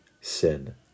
sin